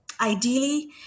ideally